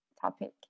topic